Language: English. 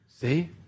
See